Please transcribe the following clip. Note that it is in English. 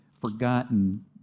forgotten